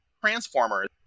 Transformers